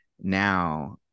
now